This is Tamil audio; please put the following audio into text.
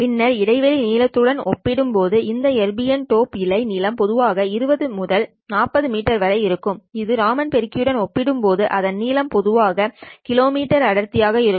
பின்னர் இடைவெளி நீளத்துடன் ஒப்பிடும்போது இந்த எர்பியம் டோப் இழை நீளம் பொதுவாக 20 முதல் 40 மீட்டர் வரை இருக்கும் இது ராமன் பெருக்கியுடன் ஒப்பிடும்போது அதன் நீளம் பொதுவாக கிலோ மீட்டர் அடர்த்தியாக இருக்கும்